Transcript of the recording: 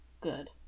good